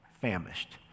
famished